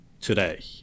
today